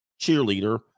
cheerleader